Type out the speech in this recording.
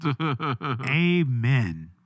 Amen